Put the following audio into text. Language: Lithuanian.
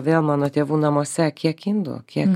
vėl mano tėvų namuose kiek indų kiek